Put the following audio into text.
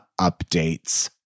updates